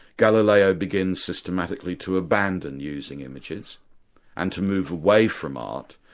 galileo begins systematically to abandon using images and to move away from art,